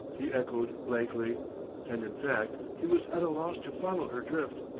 he echoed blankly and, in fact, he was at a loss to follow her drift.